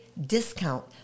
discount